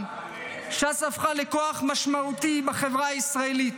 ש"ס הפכה לכוח משמעותי בחברה הישראלית,